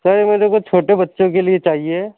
سر میرے کو چھوٹے بچوں کے لیے چاہیے